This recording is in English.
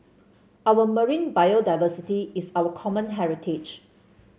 our marine biodiversity is our common heritage